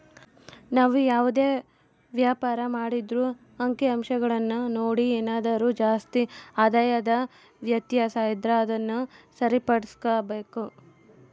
ನಾವು ಯಾವುದೇ ವ್ಯಾಪಾರ ಮಾಡಿದ್ರೂ ಅಂಕಿಅಂಶಗುಳ್ನ ನೋಡಿ ಏನಾದರು ಜಾಸ್ತಿ ಆದಾಯದ ವ್ಯತ್ಯಾಸ ಇದ್ರ ಅದುನ್ನ ಸರಿಪಡಿಸ್ಕೆಂಬಕು